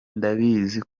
ndabizi